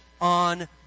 on